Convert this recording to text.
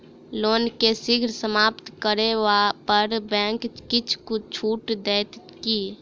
loan केँ शीघ्र समाप्त करै पर बैंक किछ छुट देत की